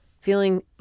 feeling